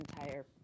entire